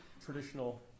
traditional